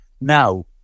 now